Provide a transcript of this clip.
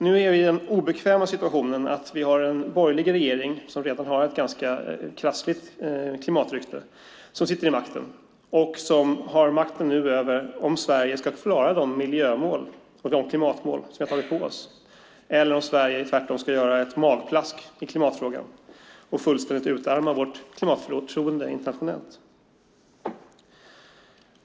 Nu är vi i den obekväma situationen att vi har en borgerlig regering som redan har ett ganska krassligt klimatrykte och som har makten över om Sverige ska klara de miljömål och klimatmål som vi tagit på oss eller om Sverige tvärtom ska göra ett magplask i klimatfrågan och fullständigt utarma vårt klimatförtroende internationellt.